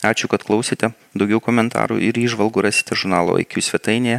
ačiū kad klausėte daugiau komentarų ir įžvalgų rasite žurnalo iq svetainėje